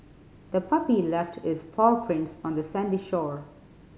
the puppy left its paw prints on the sandy shore